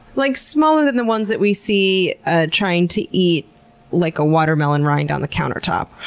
like smaller than the ones that we see ah trying to eat like a watermelon rind on the countertop.